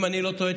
אם אני לא טועה,